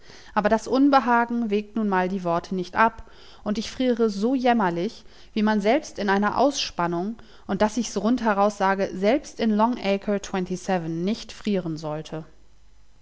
aber das unbehagen wägt nun mal die worte nicht ab und ich friere so jämmerlich wie man selbst in einer ausspannung und daß ich's rund heraus sage selbst in ton die save nicht frieren sollte